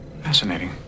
Fascinating